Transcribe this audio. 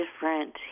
different